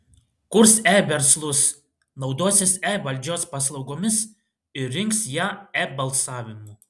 kurs e verslus naudosis e valdžios paslaugomis ir rinks ją e balsavimu